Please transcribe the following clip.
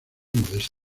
modesto